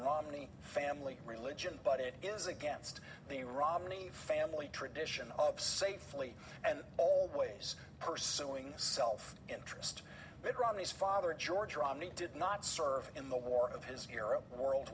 romney family religion but it is against the romney family tradition of safely and always pursuing self interest but romney's father george romney did not serve in the war of his hero world